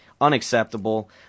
Unacceptable